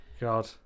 God